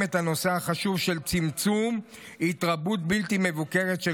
את הנושא החשוב של צמצום ההתרבות הבלתי-מבוקרת של